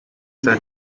set